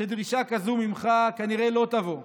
שדרישה כזאת ממך כנראה לא תבוא.